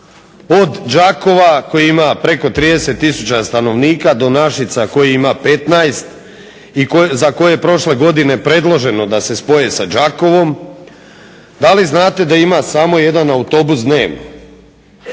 od Đakova koji ima preko 30000 stanovnika koji ima 15 i za koje je prošle godine predloženo da se spoje sa Đakovom, da li znate da ima samo jedan autobus dnevno?